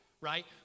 right